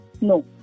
No